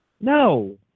No